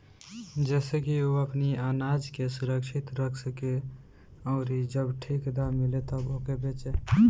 जेसे की उ अपनी आनाज के सुरक्षित रख सके अउरी जब ठीक दाम मिले तब ओके बेचे